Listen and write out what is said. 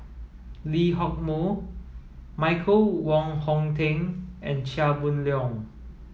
Lee Hock Moh Michael Wong Hong Teng and Chia Boon Leong